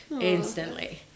instantly